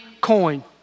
coin